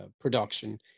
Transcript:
production